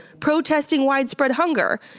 protesting widespread hunger.